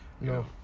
No